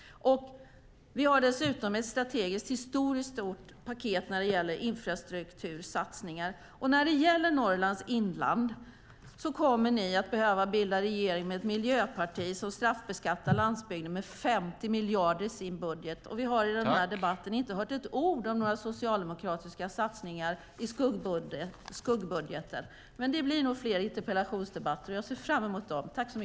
Vi har dessutom ett historiskt stort, strategiskt paket när det gäller infrastruktursatsningar. Ni kommer att behöva bilda regering med ett miljöparti som straffbeskattar landsbygden med 50 miljarder i sin budget, och vi har i den här debatten inte hört ett ord om några socialdemokratiska satsningar i skuggbudgeten. Men det blir nog fler interpellationsdebatter, och jag ser fram emot dem.